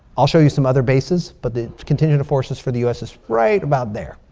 i'll show you some other bases. but the contingent forces for the us is right about there